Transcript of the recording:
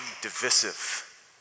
divisive